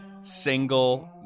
single